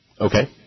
Okay